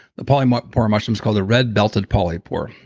the polypore polypore mushrooms called the red belted polypore,